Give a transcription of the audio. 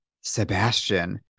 Sebastian